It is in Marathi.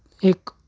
एक